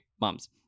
mum's